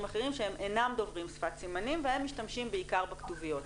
אחרים שהם אינם דוברים שפת סימנים והם משתמשים בעיקר בכתוביות.